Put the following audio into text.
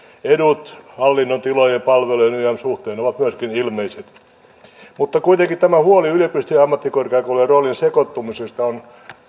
edut hallinnon tilojen palvelujen ynnä muuta suhteen ovat myöskin ilmeiset kuitenkin tämä huoli yliopistojen ja ammattikorkeakoulujen roolien sekoittumisesta on